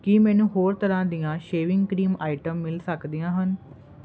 ਕੀ ਮੈਂਨੂੰ ਹੋਰ ਤਰ੍ਹਾਂ ਦੀਆਂ ਸ਼ੇਵਿੰਗ ਕ੍ਰੀਮ ਆਈਟਮ ਮਿਲ ਸਕਦੀਆਂ ਹਨ